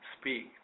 speak